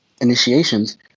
initiations